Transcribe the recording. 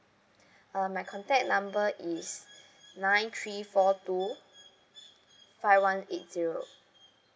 uh my contact number is nine three four two five one eight zero